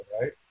right